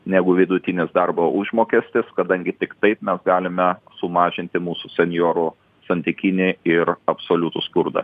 negu vidutinis darbo užmokestis kadangi tik taip mes galim sumažinti mūs senjorų santykinį ir absoliutų skurdą